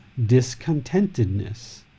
discontentedness